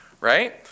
right